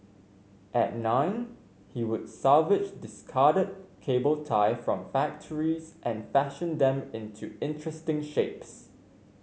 at nine he would salvage discarded cable tie from factories and fashion them into interesting shapes